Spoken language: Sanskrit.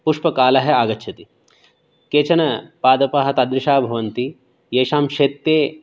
पुष्पकालः आगच्छति केचन पादपाः तादृशाः भवन्ति येषां शैत्ये